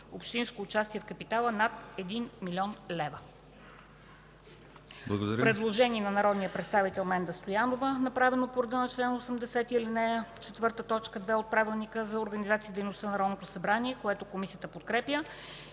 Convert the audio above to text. общинско участие в капитала над 1 млн. лв”.” Предложение на народния представител Менда Стоянова, направено по реда на чл. 80, ал. 4, т. 2 от Правилника за организацията и дейността на Народното събрание, което Комисията подкрепя.